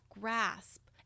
grasp